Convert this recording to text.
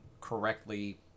correctly